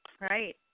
right